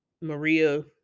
Maria